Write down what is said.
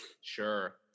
Sure